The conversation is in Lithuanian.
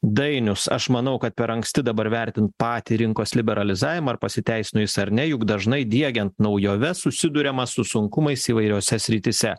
dainius aš manau kad per anksti dabar vertint patį rinkos liberalizavimą ar pasiteisino jis ar ne juk dažnai diegiant naujoves susiduriama su sunkumais įvairiose srityse